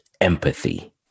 empathy